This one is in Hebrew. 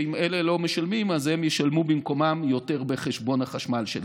אם אלה לא משלמים ישלמו במקומם יותר בחשבון החשמל שלהם.